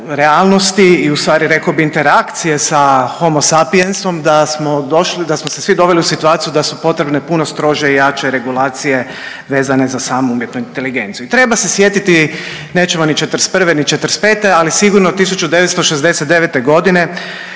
realnosti i u stvari rekao bih interakcije sa homosapiensom da smo došli, da smo se svi doveli u situaciju da su potrebne puno strože i jače regulacije vezane za samu umjetnu inteligenciju. I treba se sjetiti, nećemo ni '41., ni '45. ali sigurno 1969. godine